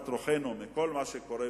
אני אהיה יותר משמח.